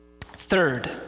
Third